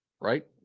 right